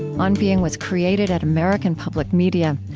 on being was created at american public media.